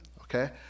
okay